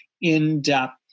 in-depth